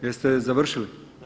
Jeste završili?